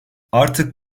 artık